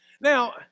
Now